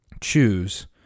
choose